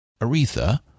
Aretha